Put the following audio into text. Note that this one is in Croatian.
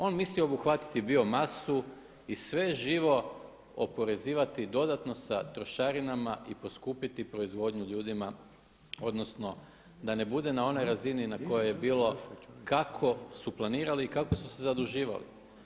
On misli obuhvatiti bio masu i sve živo oporezivati dodatno sa trošarinama i poskupiti proizvodnju ljudima, odnosno da ne bude na onoj razini na kojoj je bilo kako su planirali i kako su se zaduživali.